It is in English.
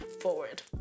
forward